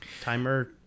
timer